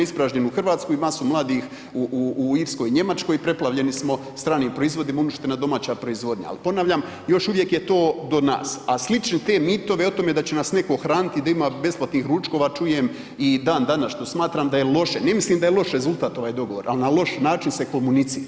Ispražnjenu Hrvatsku i masu mladih u Irskoj i Njemačkoj, preplavljeni smo stranim proizvodima, uništena domaća proizvodnja, ali ponavljam, još uvijek je to do nas, a slične te mitove i o tome da će nas netko hraniti i da ima besplatnih ručkova čujem i dan danas, što smatram da je loše, ne mislim da je loš rezultat, ovaj dogovor, ali na loš način se komunicira.